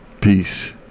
Peace